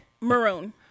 Maroon